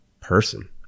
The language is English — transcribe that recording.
person